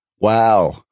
Wow